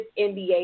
NBA